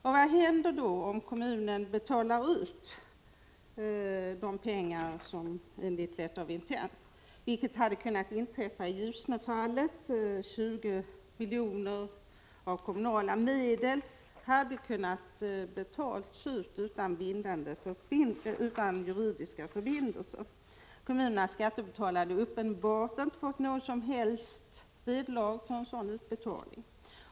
Och vad händer då om kommunen betalar ut pengar enligt ett ”letter of intent”? I Ljusne Kätting-fallet hade det kunnat inträffa att 20 miljoner av kommunala medel betalats ut utan en juridiskt bindande förbindelse. Kommunens skattebetalare hade uppenbart inte fått något som helst vederlag för en sådan utbetalning.